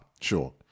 Sure